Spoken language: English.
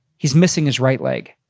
he's missing his right leg.